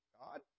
God